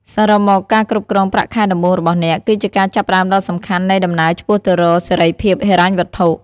សរុបមក ការគ្រប់គ្រងប្រាក់ខែដំបូងរបស់អ្នក គឺជាការចាប់ផ្ដើមដ៏សំខាន់នៃដំណើរឆ្ពោះទៅរកសេរីភាពហិរញ្ញវត្ថុ។